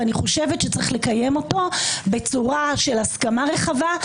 ואני חושבת שצריך לקיים אותו בצורה של הסכמה רחבה,